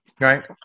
Right